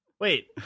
Wait